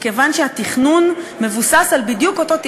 מכיוון שהתכנון מבוסס בדיוק על אותו,